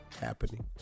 happening